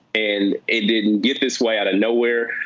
and it didn't get this way outta nowhere.